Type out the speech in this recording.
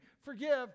forgive